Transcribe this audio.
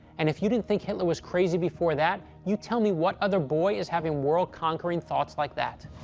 and if you didn't think hitler was crazy before that, you tell me, what other boy is having world-conquering thoughts like that?